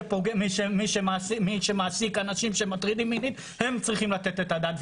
מי שמעסיק אנשים שמטרידים מינית הם צריכים לתת את הדעת.